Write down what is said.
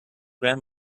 grand